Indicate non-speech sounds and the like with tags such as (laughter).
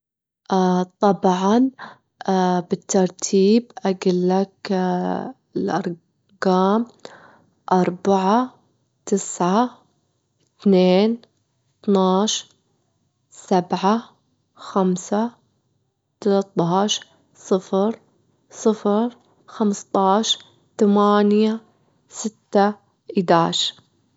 طبعًا (hesitation) بالترتيب أجيلك الأرجام؛ أربعة، تسعة، اتنين، اتناش، سبعة، خمسة تلاتش، صفر، صفر، خمستاش، تمانية، ستة إداشر.